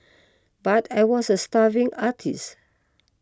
but I was a starving artist